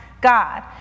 God